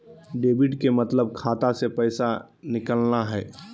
debit के मतलब खाता से पैसा निकलना हय